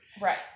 Right